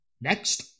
Next